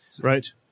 Right